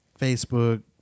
facebook